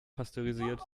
pasteurisiert